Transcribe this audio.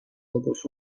kogus